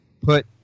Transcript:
put